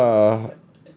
ya